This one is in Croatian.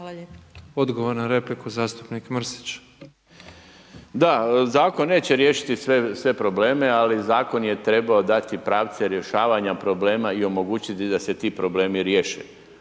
Mirando (Nezavisni)** Da, zakon neće riješiti sve probleme ali zakon je trebao dati pravce rješavanja problema i omogućiti da se ti problemi riješe.